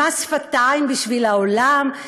מס שפתיים בשביל העולם.